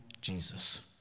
jesus